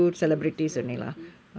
two celebrities